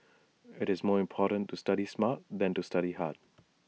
IT is more important to study smart than to study hard